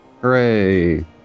Hooray